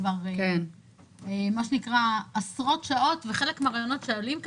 כבר דנים בנושא עשרות שעות וחלק מהרעיונות שעלו,